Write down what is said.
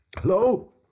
Hello